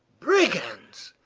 brigands!